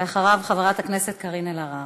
ואחריו, חברת הכנסת קארין אלהרר.